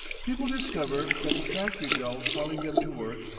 people discover that the factory bell calling them to work,